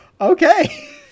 okay